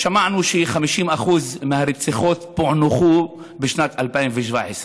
שמענו ש-50% מהרציחות פוענחו בשנת 2017,